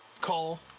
call